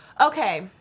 okay